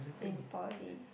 in Poly